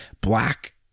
black